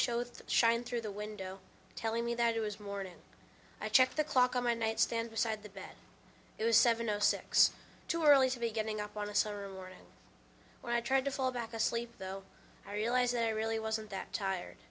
the shine through the window telling me that it was morning i checked the clock on my nightstand beside the bed it was seven o six too early to be getting up on a summer morning when i tried to fall back asleep though i realized that i really wasn't that tired